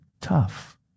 tough